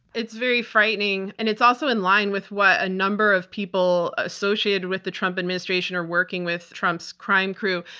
it's very frightening, and it's also in line with what a number of people associated with the trump administration are working with, trump's crime crew,